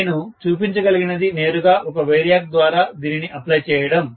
నేను చూపించగలిగినది నేరుగా ఒక వేరియాక్ ద్వారా దీనిని అప్లై చేయడం